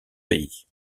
pays